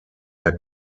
der